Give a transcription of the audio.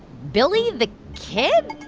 billy the kid?